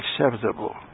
acceptable